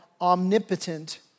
omnipotent